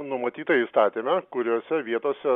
numatyta įstatyme kuriose vietose